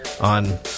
on